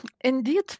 Indeed